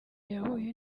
yahuye